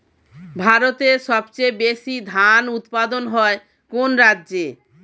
ভারতের সবচেয়ে বেশী ধান উৎপাদন হয় কোন রাজ্যে?